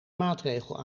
maatregel